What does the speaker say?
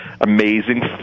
amazing